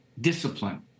discipline